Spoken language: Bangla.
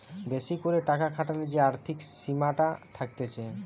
বেশি করে টাকা খাটালে যে আর্থিক সীমাটা থাকতিছে